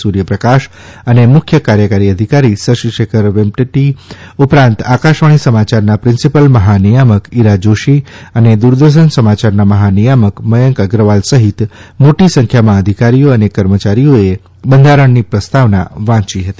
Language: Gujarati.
સૂર્યપ્રકાશ અને મુખ્ય કાર્યકારી અધિકારી શશિ શેખર વેમપટી ઉપરાંત આકાશવાણી સમાચાર પ્રિન્સીપાલ મહાનિથામક ઇરા જોશી અને દૂરદર્શન સમયારના મહાનિયામત મયંક અગ્રવાલ સહીત મોટી સંખ્યામાં અધિકારીઓ અને કર્મયારીઓ બંધારણની પ્રસ્તાવના વાંચી હતી